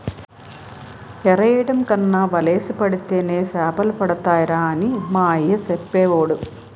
ఎరెయ్యడం కన్నా వలేసి పడితేనే సేపలడతాయిరా అని మా అయ్య సెప్పేవోడు